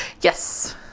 Yes